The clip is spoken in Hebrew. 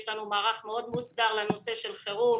יש לנו מערך מאוד מוסדר לנושא של חירום.